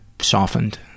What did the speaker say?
softened